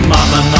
Mama